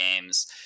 games